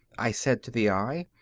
i said to the eye,